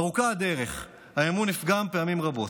ארוכה הדרך, האמון נפגם פעמים רבות,